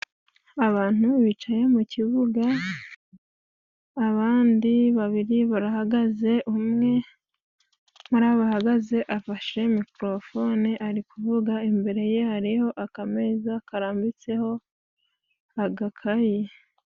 Abantu bicaye mu kibuga, abandi babiri barahagaze, umwe muri abo bahagaze, afashe mikorofone ari kuvuga. Imbere ye hariho akameza karambitseho agakayi.